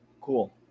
Cool